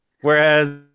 Whereas